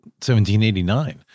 1789